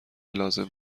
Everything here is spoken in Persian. لازم